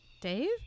Dave